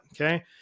okay